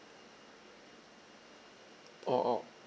orh orh